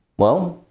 well,